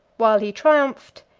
while he triumphed,